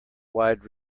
wide